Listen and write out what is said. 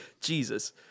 Jesus